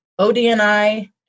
ODNI